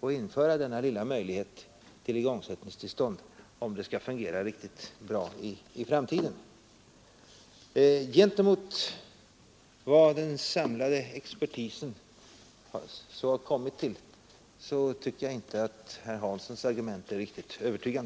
och att denna lilla möjlighet till igångsättningstillstånd behöver införas, om allt skall fungera bra i framtiden. Gentemot vad den samlade expertisen har kommit fram till tycker jag inte att herr Hanssons argument är riktigt övertygande.